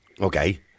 Okay